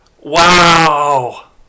Wow